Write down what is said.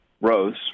rose